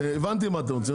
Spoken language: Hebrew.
הבנתי מה אתם רוצים,